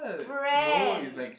brand